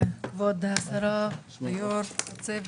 כבוד השרה והצוות,